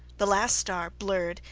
the last star, blurred,